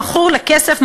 מכור לכסף,